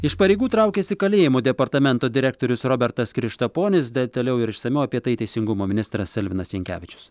iš pareigų traukiasi kalėjimų departamento direktorius robertas krištaponis detaliau ir išsamiau apie tai teisingumo ministras elvinas jankevičius